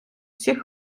усіх